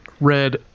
red